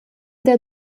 der